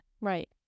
Right